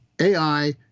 AI